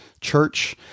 church